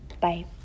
bye